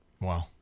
Wow